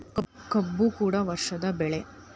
ಕಬ್ಬು ಕೂಡ ವರ್ಷದ ಬೆಳೆ